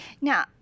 Now-